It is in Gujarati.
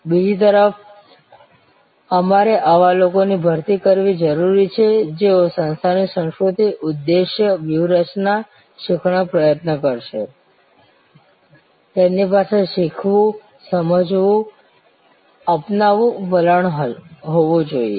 બીજી તરફ તમારે આવા લોકોની ભરતી કરવાની જરૂર છે જેઓ સંસ્થાની સંસ્કૃતિ ઉદ્દેશ્ય વ્યૂહરચના શીખવાનો પ્રયત્ન કરશે તેમની પાસે શીખવાનું સમજવાનું અપનાવવાનું વલણ હોવું જોઈએ